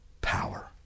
power